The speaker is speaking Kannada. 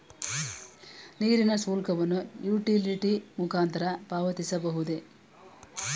ನೀರಿನ ಶುಲ್ಕವನ್ನು ಯುಟಿಲಿಟಿ ಮುಖಾಂತರ ಪಾವತಿಸಬಹುದೇ?